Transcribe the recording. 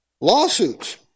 lawsuits